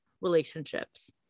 relationships